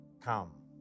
come